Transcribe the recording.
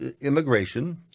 immigration